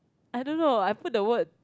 I don't know I put the word